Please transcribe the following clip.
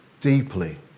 deeply